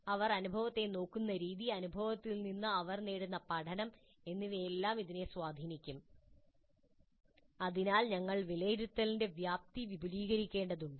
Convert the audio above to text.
അവർ അനുഭവത്തെ നോക്കുന്ന രീതി അനുഭവത്തിൽ നിന്ന് അവർ നേടുന്ന പഠനം എന്നിവയെല്ലാം ഇതിനെ സ്വാധീനിക്കും അതിനാൽ ഞങ്ങൾ വിലയിരുത്തലിന്റെ വ്യാപ്തി വിപുലീകരിക്കേണ്ടതുണ്ട്